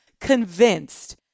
convinced